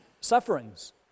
sufferings